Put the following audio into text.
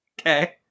Okay